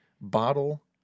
bottle